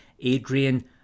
Adrian